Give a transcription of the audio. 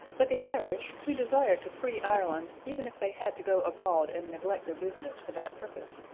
but the irish, who desired to free ireland even if they had to go abroad and neglect their business for that purpose,